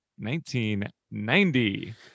1990